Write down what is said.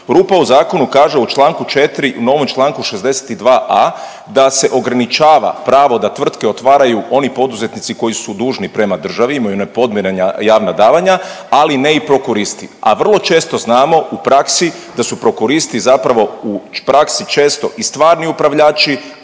Rupa u zakonu kaže, u čl. 4, novim čl. 62a, da se ograničava pravo da tvrtke otvaraju oni poduzetnici koji su dužni prema državi, imaju nepodmirena javna davanja, ali ne i prokuristi, a vrlo često znamo u praksi da su prokuristi zapravo u praksi često i stvarni upravljači,